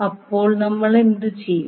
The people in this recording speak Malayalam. അപ്പോൾ നമ്മൾ എന്തു ചെയ്യും